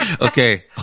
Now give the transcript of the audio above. Okay